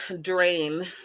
drain